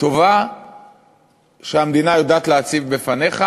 טובה שהמדינה יודעת להציב בפניך,